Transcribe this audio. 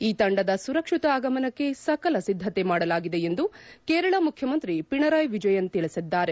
ಈ ತಂಡದ ಸುರಕ್ಷಿತ ಆಗಮನಕ್ಕೆ ಸಕಲ ಸಿದ್ದತೆ ಮಾಡಲಾಗಿದೆ ಎಂದು ಕೇರಳ ಮುಖ್ಯಮಂತ್ರಿ ಪಿಣರಾಯ್ ವಿಜಯನ್ ತಿಳಿಸಿದ್ದಾರೆ